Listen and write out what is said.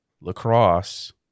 lacrosse